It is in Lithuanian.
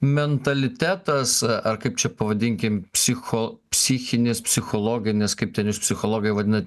mentalitetas a ar kaip čia pavadinkim psicho psichinis psichologinis kaip ten jūs psichologai vadinat